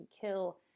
kill